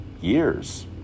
years